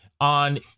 on